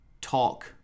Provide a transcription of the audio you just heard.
talk